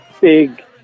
big